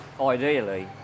ideally